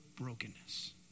brokenness